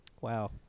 Wow